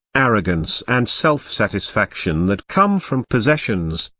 arrogance and self-satisfaction that come from possessions,